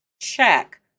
check